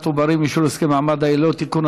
עוברים (אישור הסכם ומעמד היילוד) (תיקון,